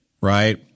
right